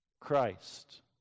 Christ